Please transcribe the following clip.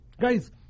Guys